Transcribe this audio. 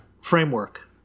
framework